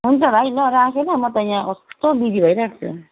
हुन्छ भाइ ल राखेँ ल म त यहाँ कस्तो बिजी भइरहेको छु